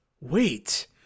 Wait